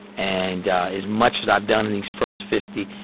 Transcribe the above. and as much as i've done in these first fifty,